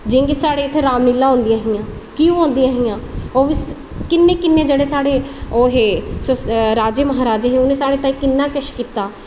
जियां की साढ़े इत्थें रामलीला होंदियां हियां कीऽ होंदियां हियां की के ओह् किन्ने किन्ने जेह्ड़े साढ़े ओह् हे राजे म्हराजे हे उन्ने साढ़े ताहीं किन्ना किश कीता